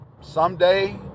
Someday